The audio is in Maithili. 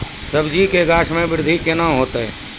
सब्जी के गाछ मे बृद्धि कैना होतै?